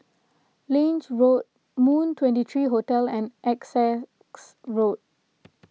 Lange Road Moon twenty three Hotel and Essex Road